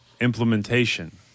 implementation